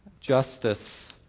Justice